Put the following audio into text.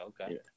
okay